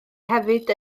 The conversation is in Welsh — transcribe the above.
hefyd